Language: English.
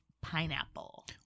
pineapple